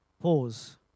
Pause